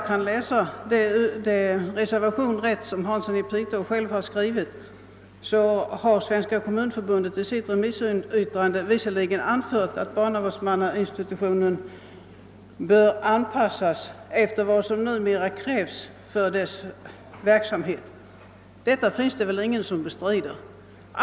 Enligt den reservation som herr Hansson i Piteå har avgivit har "Kommunförbundet i sitt yttrande an fört, att barnavårdsmannainstitutionen bör anpassas efter vad som numera krävs av dess verksamhet. Det finns väl ingen som bestrider detta.